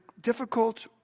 difficult